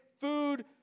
food